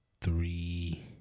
three